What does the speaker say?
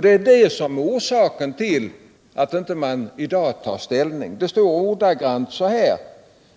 Det är det som är orsaken till att man inte i dag tar ställning. I utskottsbetänkandet står ordagrant öljande.